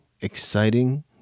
exciting